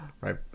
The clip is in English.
right